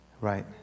Right